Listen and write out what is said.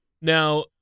Now